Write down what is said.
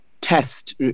test